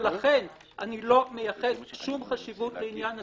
לכן איני מייחס שום חשיבות לעניין הצמיתות,